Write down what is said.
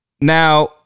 Now